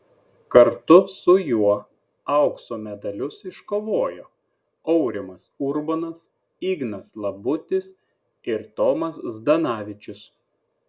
kartu su juo aukso medalius iškovojo aurimas urbonas ignas labutis ir tomas zdanavičius